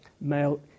male